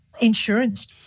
Insurance